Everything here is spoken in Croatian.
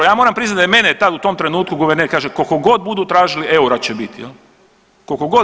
Ja moram priznati da je mene u tom trenutku guverner, kaže koliko god budu tražili eura će biti, koliko god.